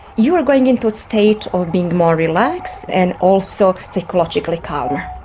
you are going into a state of being more relaxed and also psychologically calmer.